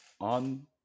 on